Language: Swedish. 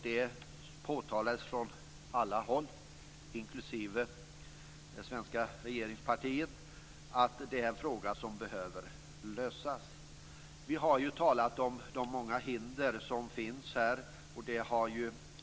Det påtalades från alla håll, inklusive det svenska regeringspartiet, att det är en fråga som behöver lösas. Vi har ju talat om de många hinder som finns.